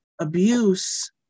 abuse